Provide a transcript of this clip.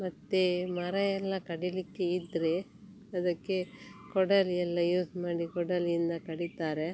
ಮತ್ತು ಮರ ಎಲ್ಲ ಕಡಿಲಿಕ್ಕೆ ಇದ್ದರೆ ಅದಕ್ಕೆ ಕೊಡಲಿ ಎಲ್ಲ ಯೂಸ್ ಮಾಡಿ ಕೊಡಲಿಯಿಂದ ಕಡಿತಾರೆ